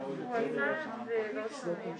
באמת מצוינת,